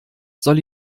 soll